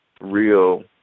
real